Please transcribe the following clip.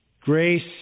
grace